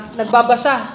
nagbabasa